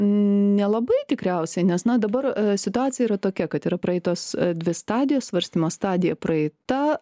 nelabai tikriausiai nes na dabar situacija yra tokia kad yra praeitos dvi stadijos svarstymo stadija praeita